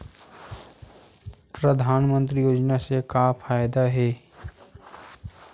परधानमंतरी योजना से का फ़ायदा हे?